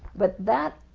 but that.